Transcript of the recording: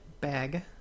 bag